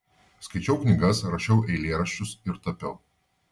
skaičiau knygas rašiau eilėraščius ir tapiau